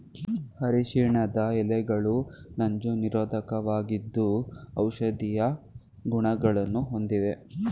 ಅರಿಶಿಣದ ಎಲೆಗಳು ನಂಜು ನಿರೋಧಕವಾಗಿದ್ದು ಔಷಧೀಯ ಗುಣಗಳನ್ನು ಹೊಂದಿವೆ